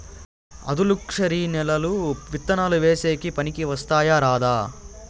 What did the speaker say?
ఆధులుక్షరి నేలలు విత్తనాలు వేసేకి పనికి వస్తాయా రాదా?